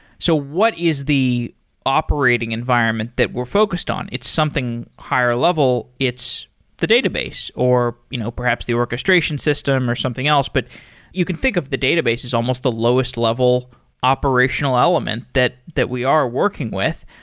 so what is the operating environment that we're focused on? it's something higher-level. it's the database, or you know perhaps the orchestration system, or something else. but you can think of the database as almost the lowest level operational element that that we are working with.